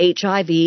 HIV